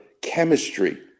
chemistry